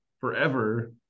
forever